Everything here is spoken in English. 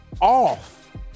off